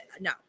no